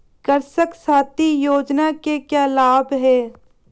कृषक साथी योजना के क्या लाभ हैं?